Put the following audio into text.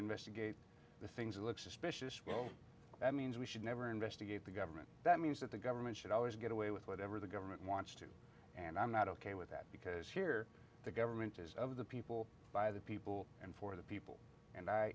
investigate the things we look suspicious well that means we should never investigate the government that means that the government should always get away with whatever the government wants to and i'm not ok with that because here the government is of the people by the people and for the people and i